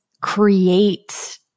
create